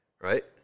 right